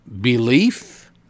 belief